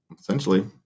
essentially